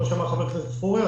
כמו שאמר חבר הכנסת פורר,